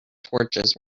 torches